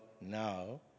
now